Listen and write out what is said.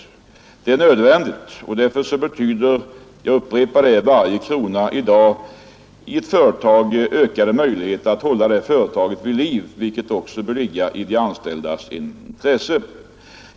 Varje krona i ett företag betyder i dag — jag upprepar det — ökade möjligheter att hålla det företaget vid liv, vilket också bör ligga i de anställdas intresse.